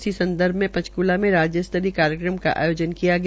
इसी संदर्भ में चक्ला में राज्य स्तरीय कार्यक्रम का आयोजन किया गया